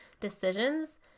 decisions